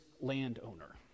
landowner